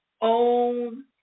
own